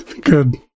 Good